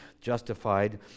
justified